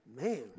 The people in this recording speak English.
Man